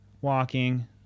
walking